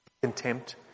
contempt